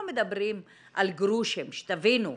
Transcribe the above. אנחנו מדברים על גרושים, שתבינו.